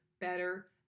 better